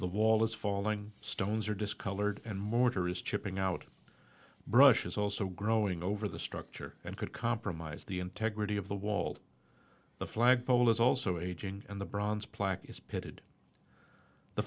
the wall is falling stones are discolored and mortar is chipping out brush is also growing over the structure and could compromise the integrity of the wall the flagpole is also aging and the bronze plaque is pitted the